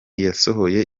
yasohoye